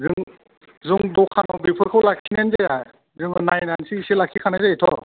जों दखानाव बेफोरखौ लाखिनायानो जाया जोङो नायनानैसो एसे लाखिखानाय जायोथ'